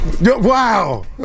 Wow